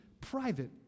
private